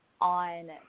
on